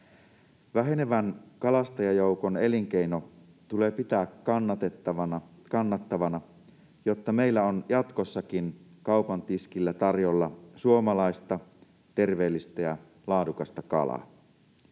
Vähenevän kalastajajoukon elinkeino tulee pitää kannattavana, jotta meillä on jatkossakin kaupan tiskillä tarjolla suomalaista, terveellistä ja laadukasta kalaa.